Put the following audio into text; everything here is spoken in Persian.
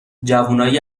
جوونای